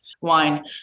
Wine